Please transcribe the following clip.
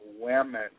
women